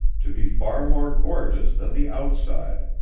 to be far more gorgeous than the outside,